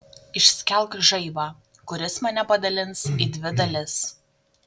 išskelk žaibą kuris mane padalins į dvi dalis